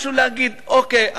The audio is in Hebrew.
משהו להגיד: אוקיי,